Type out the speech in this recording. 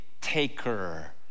taker